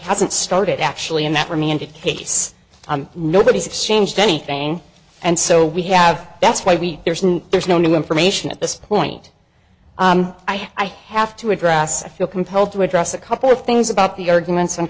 hasn't started actually in that remanded case nobody's exchanged anything and so we have that's why we there's no there's no new information at this point i have to address feel compelled to address a couple of things about the arguments and